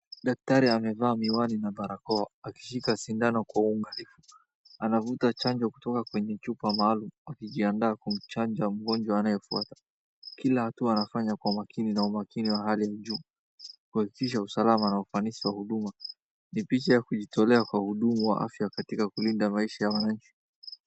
Daktari amevaa miwani na barakoa akishika sindano kwa uangalifu. Anavuta chanjo kutoka kwenye chupa maalamu ,akijianda kumchanja mgonjwa anayefuata. Kila hatua anafanya kwa umakini na umakini wa hali ya juu kuhakikisha usalama na ufanisi wa huduma. Ni picha ya kujitolea kwa wahudumu wa afya katika kulinda maisha ya wananchi.